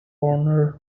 warren